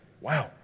Wow